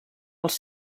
els